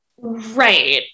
right